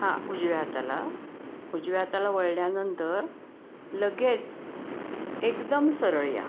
हां उजव्या हाताला उजव्या हाताला वळल्यानंतर लगेच एकदम सरळ या